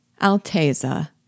Alteza